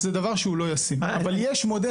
אני אשמח לספר לכם שמתמחה שכרגע עושה 7